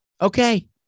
Okay